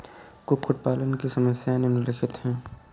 कुक्कुट पालन की समस्याएँ निम्नलिखित हैं